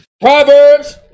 Proverbs